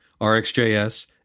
RxJS